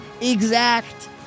exact